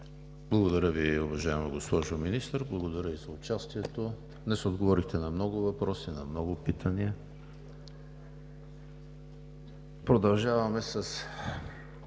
Благодаря Ви, уважаема госпожо Министър. Благодаря Ви за участието. Днес отговорихте на много въпроси, на много питания. Продължаваме с